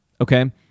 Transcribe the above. okay